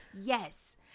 yes